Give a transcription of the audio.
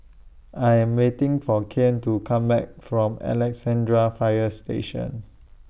I Am waiting For Kian to Come Back from Alexandra Fire Station